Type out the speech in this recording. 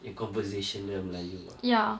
in conversation melayu ah